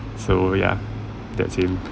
so ya that's him